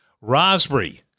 Raspberry